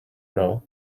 know